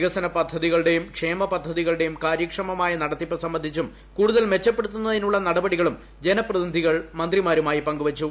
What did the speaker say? വികസന പദ്ധതികളുടെയും ക്ഷേമപദ്ധതികളുടെയും കാര്യക്ഷമമായ നടത്തിപ്പ് സംബന്ധിച്ചും കൂടുതൽ മെച്ചപ്പെടുത്തുന്നതിനുള്ള നടപടികളും ജനപ്രതിനിധികൾ മന്ത്രിമാരുമായി പങ്കു വച്ചു